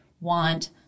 want